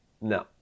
No